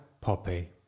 Poppy